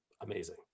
Amazing